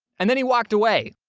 and then he walked away.